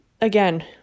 again